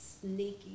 sneaky